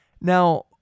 Now